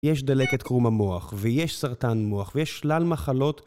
יש דלקת קרום המוח, ויש סרטן מוח, ויש שלל מחלות.